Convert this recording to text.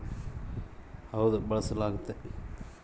ಮಳೆನೀರು ಕೊಯ್ಲು ಕುಡೇ ನೀರು, ದನಕರ ಮತ್ತೆ ನೀರಾವರಿಗೆ ನೀರು ಒದಗಿಸಾಕ ಬಳಸಲಾಗತತೆ